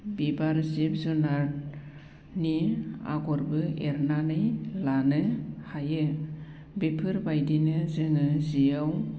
बिबार जिब जुनारनि आगरबो एरनानै लानो हायो बेफोरबायदिनो जोङो जिआव